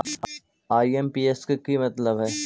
IMPS के कि मतलब है?